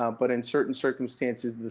um but in certain circumstances,